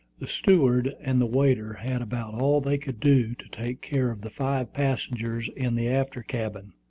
the steward and the waiter had about all they could do to take care of the five passengers in the after cabin,